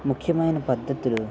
ముఖ్యమైన పద్ధతులు